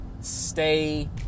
stay